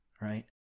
Right